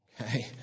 okay